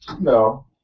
No